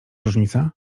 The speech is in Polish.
różnica